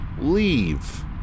leave